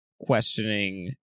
questioning